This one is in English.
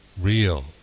real